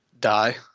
Die